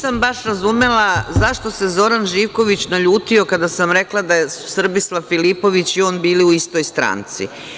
Nisam baš razumela zašto se Zoran Živković naljutio kada sam rekla da su Srbislav Filipović i on bili u istoj stranci?